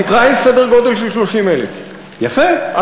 התקרה היא סדר-גודל של 30,000. יפה.